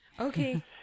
Okay